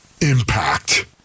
impact